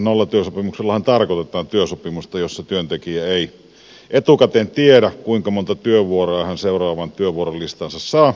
nollatyösopimuksellahan tarkoitetaan työsopimusta jossa työntekijä ei etukäteen tiedä kuinka monta työvuoroa hän seuraavaan työvuorolistaansa saa